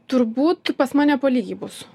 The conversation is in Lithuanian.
turbūt pas mane po lygiai bus